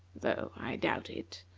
though i doubt it.